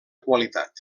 qualitat